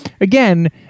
again